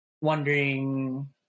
wondering